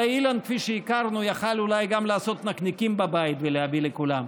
הרי אילן כפי שהכרנו יכול היה אולי גם לעשות נקניקים בבית ולהביא לכולם,